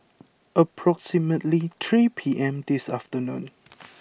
approximately three P M this afternoon